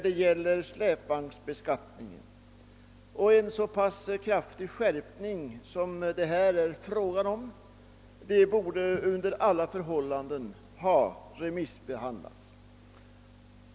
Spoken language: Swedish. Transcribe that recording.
En så kraftig skatteskärpning som det här rör sig om borde dock under alla förhållanden ha remissbehandlats.